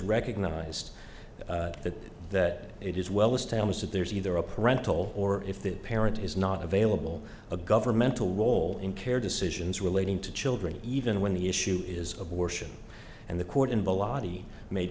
recognized that that it is well established that there is either a parental or if the parent is not available a governmental role in care decisions relating to children even when the issue is abortion and the court in the lobby made